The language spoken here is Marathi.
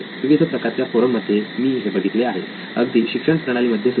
विविध प्रकारच्या फोरम मध्ये मी हे बघितले आहे अगदी शिक्षण प्रणाली मध्ये सुद्धा